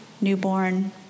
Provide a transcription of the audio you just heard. newborn